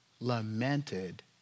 lamented